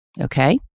Okay